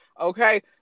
okay